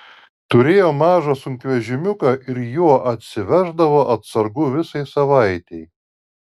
turėjo mažą sunkvežimiuką ir juo atsiveždavo atsargų visai savaitei